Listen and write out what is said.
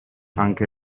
anche